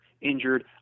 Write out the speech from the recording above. injured